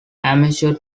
amateur